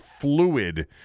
fluid